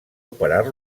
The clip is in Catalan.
operar